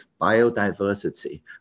biodiversity